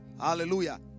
Hallelujah